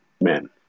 men